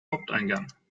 haupteingang